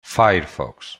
firefox